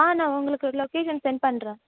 ஆ நான் உங்களுக்கு location send பண்ணுறேன்